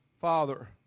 father